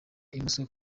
imoso